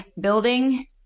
building